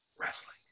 wrestling